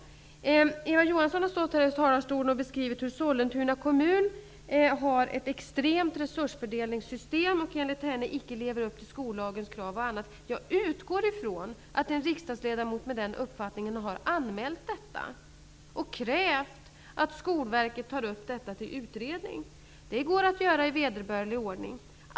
Eva Johansson har beskrivit hur Sollentuna kommun har ett extremt resursfördelningssystem och enligt henne icke lever upp till skollagens krav. Jag utgår ifrån att en riksdagsledamot med den uppfattningen har anmält detta och krävt att Skolverket tar upp det till utredning. Det går att göra i vederbörlig ordning.